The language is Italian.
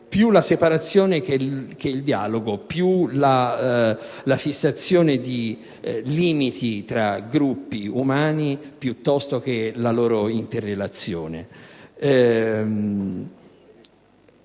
più la separazione che il dialogo, più la fissazione di limiti tra gruppi umani che la loro interrelazione.